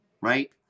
right